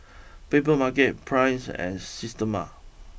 Papermarket Praise and Systema